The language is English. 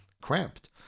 cramped